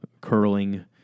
curling